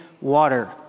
water